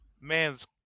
Man's